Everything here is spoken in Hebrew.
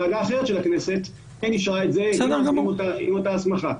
ועדה אחרת של הכנסת כן אישרה את זה עם אותה הסמכה.